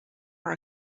were